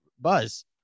buzz